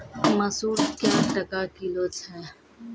मसूर क्या टका किलो छ?